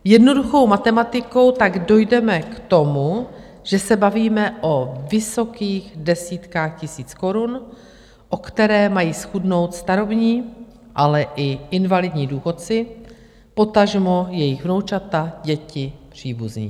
Jednoduchou matematikou tak dojdeme k tomu, že se bavíme o vysokých desítkách tisíc korun, o které mají zchudnout starobní, ale i invalidní důchodci, potažmo jejich vnoučata, děti, příbuzní.